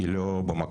היא לא במקום.